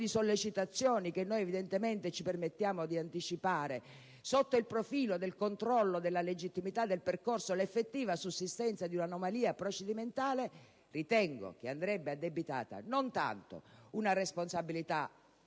di sollecitazioni che noi evidentemente ci permettiamo di anticiparle - sotto il profilo del controllo della legittimità del percorso, l'effettiva sussistenza di un'anomalia procedimentale, ritengo che andrebbe addebitata non tanto una responsabilità